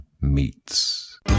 Meets